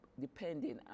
depending